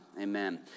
Amen